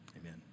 amen